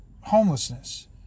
homelessness